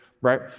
right